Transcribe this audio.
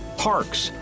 parks,